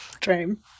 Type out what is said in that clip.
dream